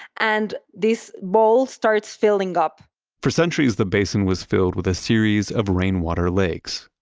and this bowl starts filling up for centuries, the basin was filled with a series of rainwater lakes.